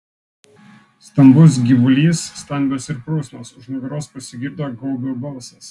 stambus gyvulys stambios ir prusnos už nugaros pasigirdo gaubio balsas